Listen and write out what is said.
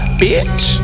bitch